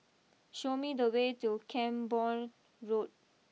show me the way to Camborne Road